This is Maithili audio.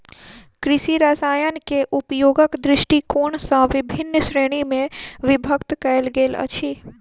कृषि रसायनकेँ उपयोगक दृष्टिकोण सॅ विभिन्न श्रेणी मे विभक्त कयल गेल अछि